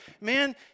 man